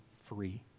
free